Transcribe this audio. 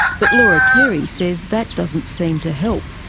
but laura terry says that doesn't seem to help.